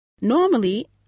Normally